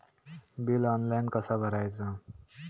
Bill online कसा भरायचा?